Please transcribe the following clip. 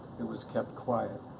it was kept quiet.